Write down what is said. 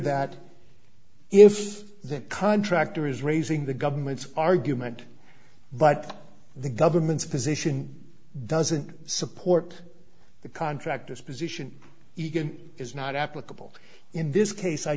that if the contractor is raising the government's argument but the government's position doesn't support the contractors position even is not applicable in this case i